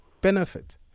benefit